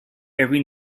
every